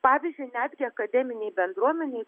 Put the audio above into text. pavyzdžiui netgi akademinei bendruomenei